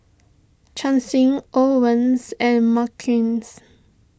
Chancy Owens and Marquez